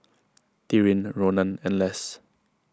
Tyrin Ronan and Less